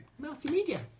Multimedia